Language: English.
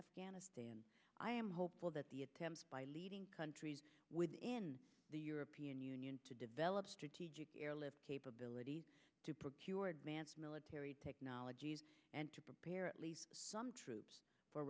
afghanistan i am hopeful that the attempts by leading countries within the european union to develop strategic airlift capabilities to procured mance military technologies and to prepare at least some troops for